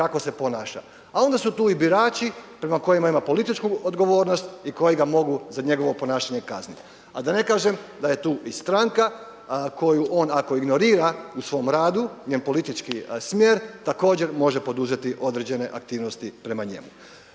kako se ponaša. A onda su tu i birači prema kojima ima političku odgovornost i koji ga mogu za njegovo ponašanje kazniti. A da ne kažem da je tu i stranka koju on ako ignorira u svom radu, njen politički smjer također može poduzeti određene aktivnosti prema njemu.